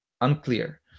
unclear